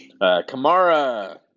Kamara